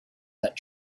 that